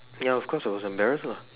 ya of course I was embarrassed lah